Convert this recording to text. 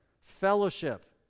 fellowship